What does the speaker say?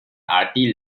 artie